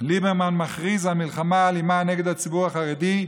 ליברמן מכריז על מלחמה אלימה נגד הציבור החרדי,